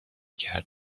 کرد